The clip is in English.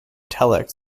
telex